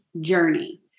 journey